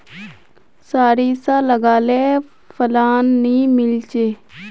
सारिसा लगाले फलान नि मीलचे?